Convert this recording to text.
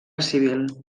civil